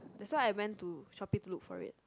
that why I when to shoppe to look for it